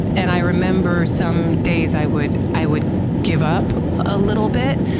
and i remember some days i would i would give up a little bit,